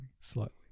Slightly